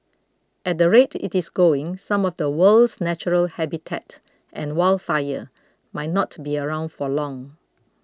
at the rate it is going some of the world's natural habitat and warefare might not be around for long